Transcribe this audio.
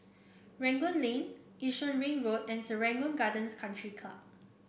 Rangoon Lane Yishun Ring Road and Serangoon Gardens Country Club